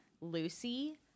Lucy